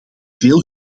veel